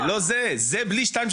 זה בלי שתיים,